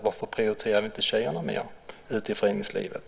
Varför prioriterar vi inte tjejerna mera i föreningslivet?